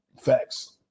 facts